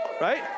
Right